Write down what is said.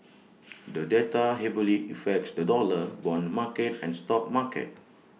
the data heavily affects the dollar Bond market and stock market